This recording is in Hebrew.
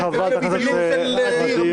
תודה, חברת הכנסת ע'דיר.